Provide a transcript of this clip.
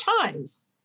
times